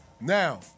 Now